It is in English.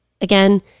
again